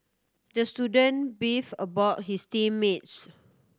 the student beefed about his team mates